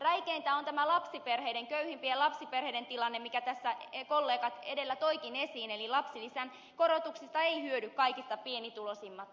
räikeintä on köyhimpien lapsiperheiden tilanne minkä tässä kollegat edellä toivatkin esiin eli lapsilisän korotuksista eivät hyödy kaikista pienituloisimmat